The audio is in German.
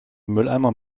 mülleimer